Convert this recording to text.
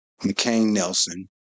McCain-Nelson